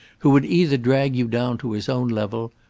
who would either drag you down to his own level,